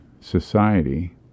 society